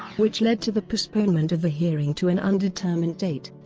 which led to the postponement of the hearing to an undetermined date.